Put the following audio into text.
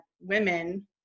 women